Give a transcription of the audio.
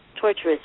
torturous